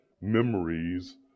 memories